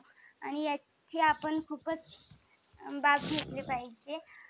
आणि याची आपण खूपच बाब घेतली पाहिजे